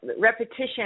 repetition